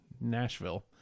nashville